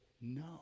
no